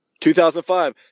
2005